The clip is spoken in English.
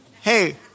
Hey